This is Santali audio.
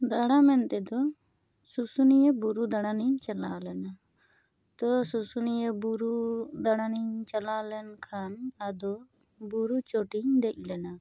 ᱫᱟᱬᱟ ᱢᱮᱱᱛᱮ ᱫᱚ ᱥᱩᱥᱩᱱᱤᱭᱟᱹ ᱵᱩᱨᱩ ᱫᱟᱬᱟᱱᱤᱧ ᱪᱟᱞᱟᱣ ᱞᱮᱱᱟ ᱛᱳ ᱥᱩᱥᱩᱱᱤᱭᱟᱹ ᱵᱩᱨᱩ ᱫᱟᱬᱟᱱᱤᱧ ᱪᱟᱞᱟᱣ ᱞᱮᱱ ᱠᱷᱟᱱ ᱟᱫᱚ ᱵᱩᱨᱩ ᱪᱚᱴᱤᱧ ᱫᱮᱡ ᱞᱮᱱᱟ